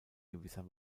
gewisser